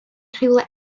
rhywle